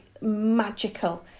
magical